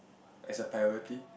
as a priority